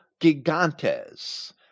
gigantes